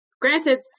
Granted